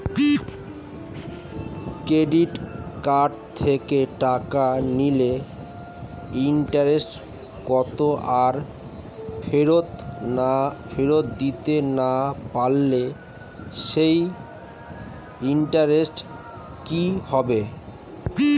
Credit card থেকে টাকা নিলে ইন্টারেস্ট কত আর ফেরত দিতে না পারলে সেই ইন্টারেস্ট কি হবে?